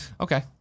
Okay